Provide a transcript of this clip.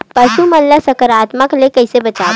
पशु मन ला संक्रमण से कइसे बचाबो?